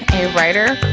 a writer,